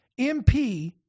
MP